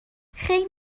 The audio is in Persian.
خیر